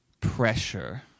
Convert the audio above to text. pressure